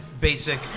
basic